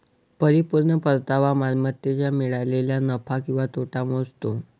परिपूर्ण परतावा मालमत्तेला मिळालेला नफा किंवा तोटा मोजतो